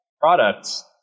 products